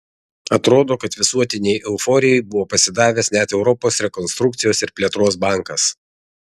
atrodo kad visuotinei euforijai buvo pasidavęs net europos rekonstrukcijos ir plėtros bankas